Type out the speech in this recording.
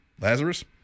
Lazarus